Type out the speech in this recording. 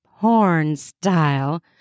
porn-style